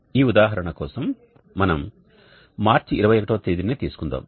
ఈ ఉదాహరణ కోసం మనం మార్చి 21 వ తేదీనే తీసుకుందాం